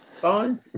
Fine